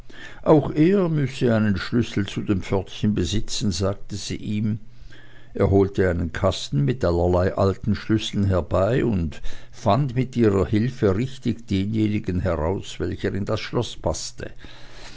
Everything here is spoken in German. auch er müsse einen schlüssel zu dem pförtchen besitzen sagte sie ihm er holte einen kasten mit allerlei alten schlüsseln herbei und fand mit ihrer hilfe richtig denjenigen heraus welcher in das schloß paßte